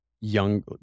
young